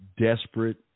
desperate